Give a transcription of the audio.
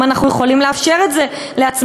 האם אנחנו יכולים לאפשר את זה לעצמנו,